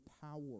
power